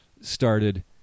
started